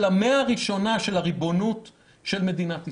המאה הראשונה של הריבונות של מדינת ישראל.